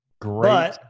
Great